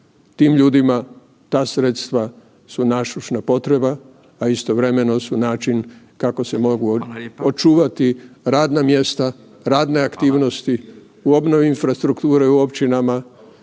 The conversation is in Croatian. Tim ljudima ta sredstva su nasušna potreba, a istovremeno su način kako se mogu očuvati radna mjesta, radne aktivnosti u obnovi infrastrukture u općinama,